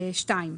(2)